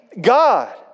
God